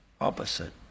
opposite